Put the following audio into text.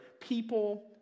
people